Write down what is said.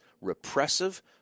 repressive